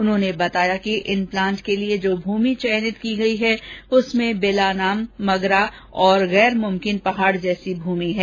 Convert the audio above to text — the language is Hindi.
उन्होंने बताया कि इन प्लांट के लिए जो भूमि चयनित की गई उसमें बिलानाम मगरा गैर मुमकिन पहाड़ जैसी भूमि है